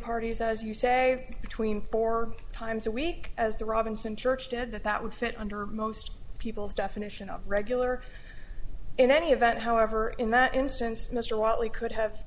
parties as you say between four times a week as the robinson church did that that would fit under most people's definition of regular in any event however in that instance mr wiley could have